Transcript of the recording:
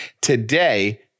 today